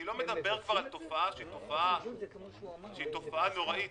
אני לא מדבר על תופעה שהיא תופעה נוראית,